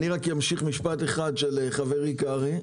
אני אמשיך משפט אחד של חברי קרעי.